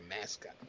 mascot